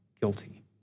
guilty